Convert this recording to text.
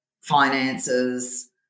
finances